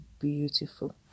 beautiful